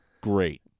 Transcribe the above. Great